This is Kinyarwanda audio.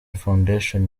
foundation